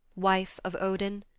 wife of odin,